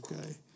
okay